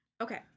Okay